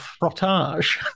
Frottage